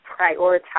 prioritize